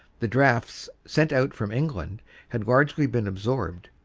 the drafts sent out from england had largely been absorbed,